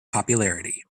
popularity